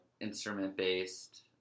instrument-based